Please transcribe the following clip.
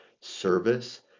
service